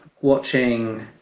watching